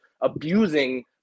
abusing